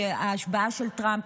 ההשבעה של טראמפ,